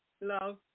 Love